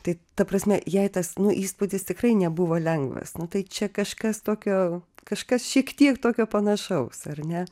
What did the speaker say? tai ta prasme jai tas nu įspūdis tikrai nebuvo lengvas nu tai čia kažkas tokio kažkas šiek tiek tokio panašaus ar ne